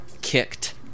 kicked